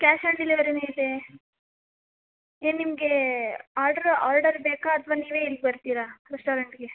cash and ಡೆಲಿವೆರಿನೂ ಇದೆ ಏನು ನಿಮಗೆ ಆರ್ಡರ್ ಆರ್ಡರ್ ಬೇಕಾ ಅಥವಾ ನೀವೇ ಇಲ್ಲಿ ಬರ್ತೀರಾ ರೆಸ್ಟೋರಂಟಿಗೆ